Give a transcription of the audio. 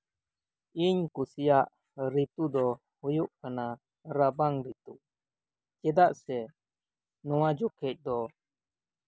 ᱤᱧ ᱠᱩᱥᱤᱭᱟᱜ ᱨᱤᱛᱩ ᱫᱚ ᱦᱩᱭᱩᱜ ᱠᱟᱱᱟ ᱨᱟᱵᱟᱝ ᱨᱤᱛᱩ ᱪᱮᱫᱟᱜ ᱥᱮ ᱱᱚᱣᱟ ᱡᱚᱠᱷᱮᱡ ᱫᱚ